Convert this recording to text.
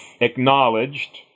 acknowledged